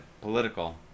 political